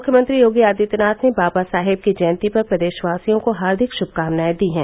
मुख्यमंत्री योगी आदित्यनाथ ने बाबा साहेब की जयन्ती पर प्रदेशवासियों को हार्दिक शुभकामनाएं दी हैं